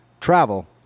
travel